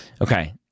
Okay